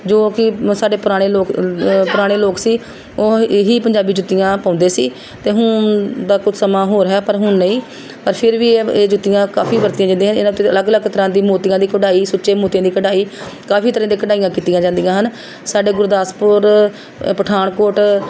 ਜੋ ਕਿ ਸਾਡੇ ਪੁਰਾਣੇ ਲੋਕ ਪੁਰਾਣੇ ਲੋਕ ਸੀ ਉਹ ਇਹੀ ਪੰਜਾਬੀ ਜੁੱਤੀਆਂ ਪਾਉਂਦੇ ਸੀ ਅਤੇ ਹੁਣ ਦਾ ਕੁਝ ਸਮਾਂ ਹੋਰ ਹੈ ਪਰ ਹੁਣ ਨਹੀਂ ਪਰ ਫਿਰ ਵੀ ਇਹ ਇਹ ਜੁੱਤੀਆਂ ਕਾਫ਼ੀ ਵਰਤੀਆਂ ਜਾਂਦੀਆਂ ਹੈ ਇਹਨਾਂ ਉੱਤੇ ਅਲੱਗ ਅਲੱਗ ਤਰ੍ਹਾਂ ਦੀ ਮੋਤੀਆਂ ਦੀ ਕਢਾਈ ਸੁੱਚੇ ਮੋਤੀਆਂ ਦੀ ਕਢਾਈ ਕਾਫ਼ੀ ਤਰ੍ਹਾਂ ਦੀਆਂ ਕਢਾਈਆਂ ਕੀਤੀਆਂ ਜਾਂਦੀਆਂ ਹਨ ਸਾਡੇ ਗੁਰਦਾਸਪੁਰ ਪਠਾਨਕੋਟ